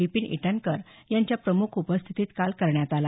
विपिन इटनकर यांच्या प्रमुख उपस्थितीत काल करण्यात आला